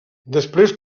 després